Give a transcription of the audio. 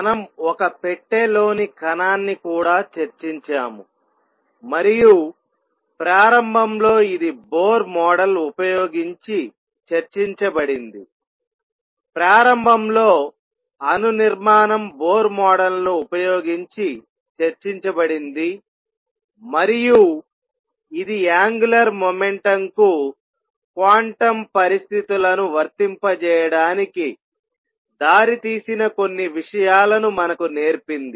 మనం ఒక పెట్టెలోని కణాన్ని కూడా చర్చించాము మరియు ప్రారంభంలో ఇది బోర్ మోడల్ ఉపయోగించి చర్చించబడింది ప్రారంభంలో అణు నిర్మాణం బోర్ మోడల్ను ఉపయోగించి చర్చించబడింది మరియు ఇది యాంగులర్ మొమెంటంకు క్వాంటం పరిస్థితులను వర్తింపజేయడానికి దారితీసిన కొన్ని విషయాలను మనకు నేర్పింది